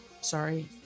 sorry